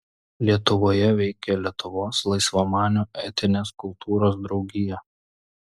lietuvoje veikė lietuvos laisvamanių etinės kultūros draugija